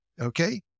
Okay